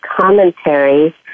commentary